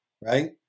right